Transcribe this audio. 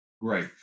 great